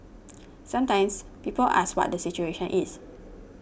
sometimes people ask what the situation is